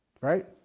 Right